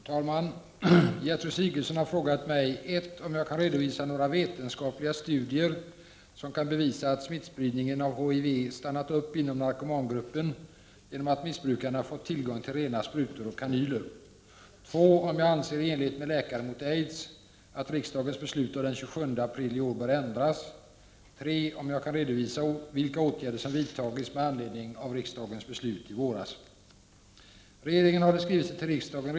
Fru talman! Gertrud Sigurdsen har frågat mig 1. om jag kan redovisa några vetenskapliga studier som kan bevisa att smittspridningen av HIV stannat upp inom narkomangruppen genom att missbrukarna fått tillgång till rena sprutor och kanyler, 2. om jag anser, i enlighet med Läkare mot aids, att riksdagens beslut av den 27 april i år bör ändras, 3. om jag kan redovisa vilka åtgärder som vidtagits med anledning av riksdagens beslut i våras. Regeringen har i skrivelse till riksdagen (skr.